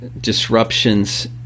disruptions